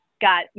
got